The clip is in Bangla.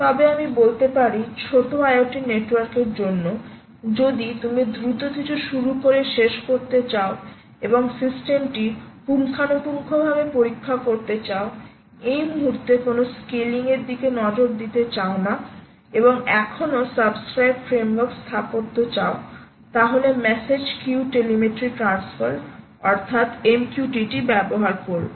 তবে আমি বলতে পারি ছোট আইওটি নেটওয়ার্কের জন্য যদি তুমি দ্রুত কিছু শুরু করে শেষ করতে চাও এবং সিস্টেমটি পুঙ্খানুপুঙ্খভাবে পরীক্ষা করতে চাও এই মুহুর্তে কোনও স্কেলিংয়ের দিকে নজর দিতে চাও না এবং এখনো সাবস্ক্রাইব ফ্রেমওয়ার্ক স্থাপত্য চাও তাহলে মেসেজ কিউ টেলিমেট্রি ট্রান্সফার ব্যবহার করবে